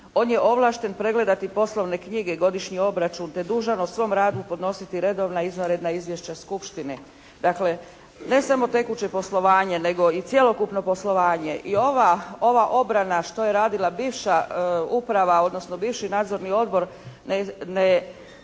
On je ovlašten pregledati poslovne knjige i godišnji obračun te je dužan o svom radu podnositi redovna i izvanredna izvješća Skupštini. Dakle ne samo tekuće poslovanje nego i cjelokupno poslovanje i ova, ova obrana što je radila bivša Uprava odnosno bivši Nadzorni odbor neće